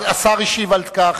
השר השיב על כך.